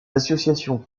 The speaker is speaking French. associations